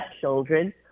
children